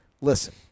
Listen